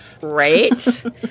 right